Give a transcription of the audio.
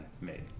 made